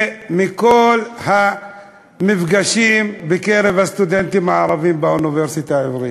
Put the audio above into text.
ומכל המפגשים של הסטודנטים הערבים באוניברסיטה העברית.